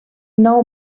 nou